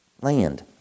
land